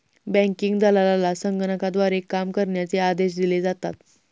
banking दलालाला संगणकाद्वारे काम करण्याचे आदेश दिले जातात